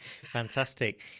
Fantastic